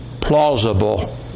plausible